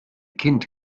kind